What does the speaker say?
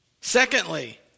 Secondly